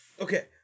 okay